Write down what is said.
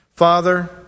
Father